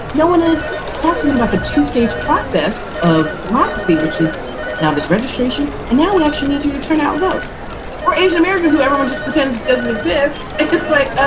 no one is talked to them about the two stage process of democracy, which is now there's registration. and now we actually need you to turn out low or asian americans who everyone just pretends doesn't exist. like